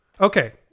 okay